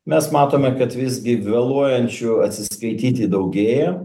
mes matome kad visgi vėluojančių atsiskaityti daugėja